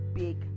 big